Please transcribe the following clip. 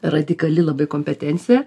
radikali labai kompetencija